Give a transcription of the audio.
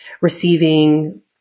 receiving